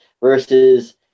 versus